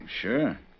Sure